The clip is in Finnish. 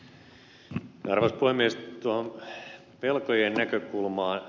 tuohon velkojien näkökulmaan